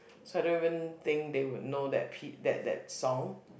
so I don't even think they would know that pi~ that that song